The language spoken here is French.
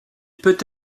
peut